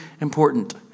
important